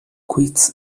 quiz